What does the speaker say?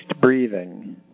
breathing